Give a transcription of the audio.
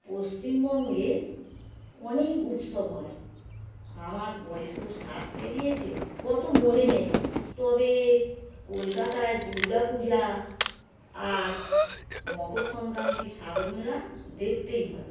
পশ্চিমবঙ্গে অনেক উৎসব হয় আমার বয়েস তো ষাট পেরিয়েছে অতো মনে নেই তবে কলকাতায় দুর্গা পূজা আর মকর সংক্রান্তি সাগরমেলা দেখতেই হবে